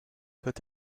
peut